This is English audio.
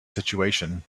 situation